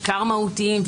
בעיקר מהותיים,